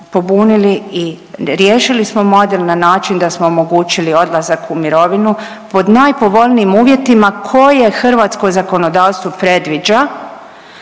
i riješili smo model na način da smo omogućili odlazak u mirovinu pod najpovoljnijim uvjetima koje hrvatsko zakonodavstvo predviđa